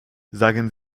sagen